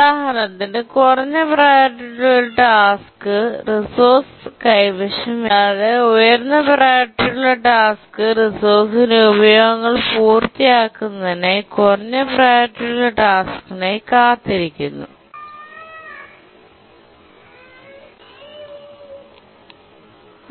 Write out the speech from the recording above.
ഉദാഹരണത്തിന് കുറഞ്ഞ പ്രിയോറിറ്റിയുള്ള ഒരു ടാസ്ക് റിസോഴ്സ് കൈവശം വയ്ക്കുന്നു കൂടാതെ ഉയർന്ന പ്രിയോറിറ്റിയുള്ള ടാസ്ക് റിസോഴ്സിന്റെ ഉപയോഗങ്ങൾ പൂർത്തിയാക്കുന്നതിനായി കുറഞ്ഞ പ്രിയോറിറ്റിയുള്ള ടാസ്ക്കിനായി കാത്തിരിക്കുന്നു